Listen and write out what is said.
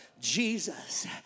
Jesus